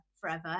forever